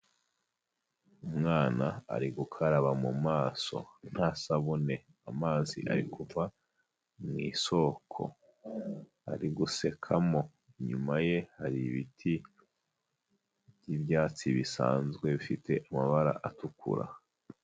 Umwana ari gukaraba mu maso nta sabune, amazi ari kuva mu isoko ari gusekamo, inyuma ye hari ibiti n'ibyatsi bisanzwe bifite amabara atukura.